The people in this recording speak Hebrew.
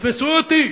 "תתפסו אותי".